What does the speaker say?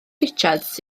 richards